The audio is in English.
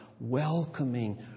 welcoming